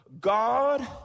God